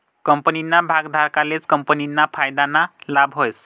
कंपनीना भागधारकलेच कंपनीना फायदाना लाभ व्हस